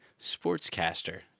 sportscaster